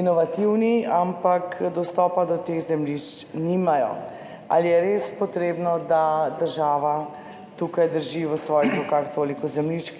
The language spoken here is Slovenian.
inovativni, ampak dostopa do teh zemljišč nimajo. Ali je res potrebno, da država tukaj drži v svojih rokah toliko zemljišč,